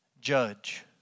judge